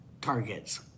targets